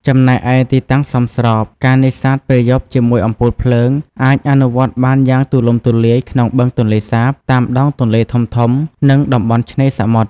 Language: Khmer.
ចំណែកឯ ទីតាំងសមស្រប ការនេសាទពេលយប់ជាមួយអំពូលភ្លើង អាចអនុវត្តបានយ៉ាងទូលំទូលាយក្នុង បឹងទន្លេសាប តាមដងទន្លេធំៗ និងតំបន់ឆ្នេរសមុទ្រ។